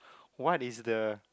what is the